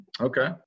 Okay